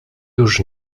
już